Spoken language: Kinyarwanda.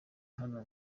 hano